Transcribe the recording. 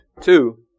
Two